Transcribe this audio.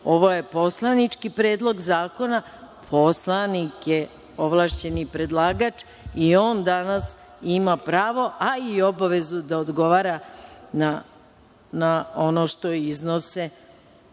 Ovo je poslanički predlog zakona. Poslanik je ovlašćeni predlagač i on danas ima pravo, a i obavezu da odgovara na ono što iznose